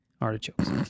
Artichokes